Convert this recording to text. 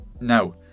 Now